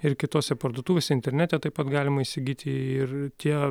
ir kitose parduotuvėse internete taip pat galima įsigyti ir tie